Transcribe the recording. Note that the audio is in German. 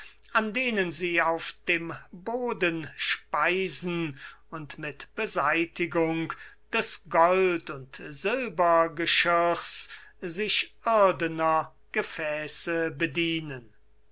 an denen sie auf dem boden speisen und mit beseitigung des gold und silbergeschirrs sich irdener gefässe bedienen